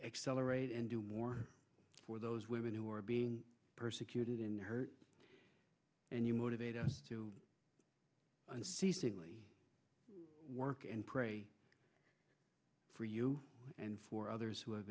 accelerate and do more for those women who are being persecuted in her and you motivate us to unceasingly work and pray for you and for others who